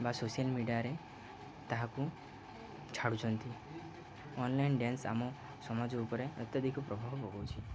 ବା ସୋସିଆଲ୍ ମିଡ଼ିଆରେ ତାହାକୁ ଛାଡ଼ୁଛନ୍ତି ଅନ୍ଲାଇନ୍ ଡ଼୍ୟାନ୍ସ ଆମ ସମାଜ ଉପରେ ଅତ୍ୟଧିକ ପ୍ରଭାବ ପକଉଛି